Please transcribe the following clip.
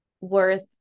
worth